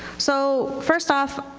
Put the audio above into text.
so first off,